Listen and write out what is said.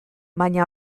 baina